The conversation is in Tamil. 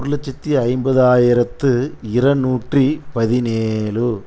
ஒரு லட்சத்து ஐம்பதாயிரத்து இருநூற்றி பதினேழு